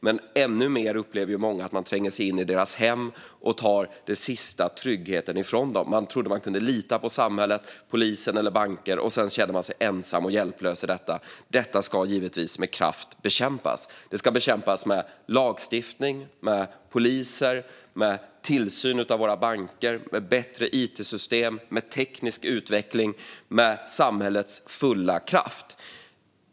Många upplever det ännu värre att man tränger sig in i deras hem och tar den sista tryggheten från dem. De trodde att de kunde lita på samhället, polisen eller banken, men i stället känner de sig ensamma och hjälplösa i detta. Detta ska givetvis med kraft bekämpas. Det ska bekämpas med lagstiftning, med poliser, med tillsyn av våra banker, med bättre it-system, med teknisk utveckling och med samhällets fulla kraft.